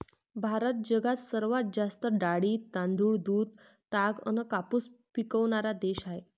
भारत जगात सर्वात जास्त डाळी, तांदूळ, दूध, ताग अन कापूस पिकवनारा देश हाय